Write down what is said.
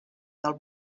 del